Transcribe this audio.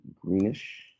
greenish